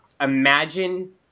imagine